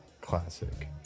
Classic